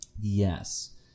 Yes